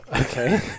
Okay